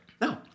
no